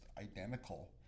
identical